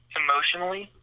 emotionally